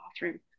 bathroom